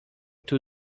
two